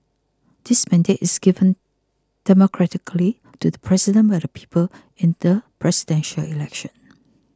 this mandate is given democratically to the president by the people in the Presidential Election